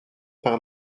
par